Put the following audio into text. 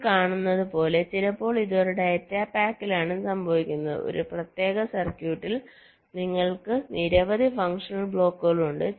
നിങ്ങൾ കാണുന്നത് പോലെ ചിലപ്പോൾ ഇത് ഒരു ഡാറ്റ പാക്കിലാണ് സംഭവിക്കുന്നത് ഒരു പ്രത്യേക സർക്യൂട്ടിൽ നിങ്ങൾക്ക് നിരവധി ഫങ്ഷണൽ ബ്ലോക്കുകൾ ഉണ്ട്